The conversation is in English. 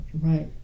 right